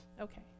Okay